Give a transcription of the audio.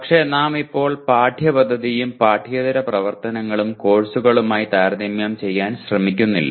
പക്ഷേ നാം ഇപ്പോൾ പാഠ്യപദ്ധതിയും പാഠ്യേതര പ്രവർത്തനങ്ങളും കോഴ്സുകളുമായി താരതമ്യം ചെയ്യാൻ ശ്രമിക്കുന്നില്ല